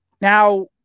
Now